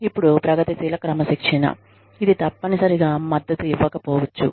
ఇప్పుడు ప్రగతిశీల క్రమశిక్షణ ఇది తప్పనిసరిగా మద్దతు ఇవ్వకపోవచ్చు